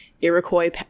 Iroquois